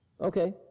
Okay